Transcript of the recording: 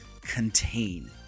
contain